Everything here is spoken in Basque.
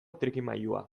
trikimailua